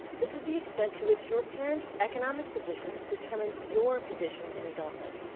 this is the extent to which your parents' economic position determines your position in adulthood.